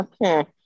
okay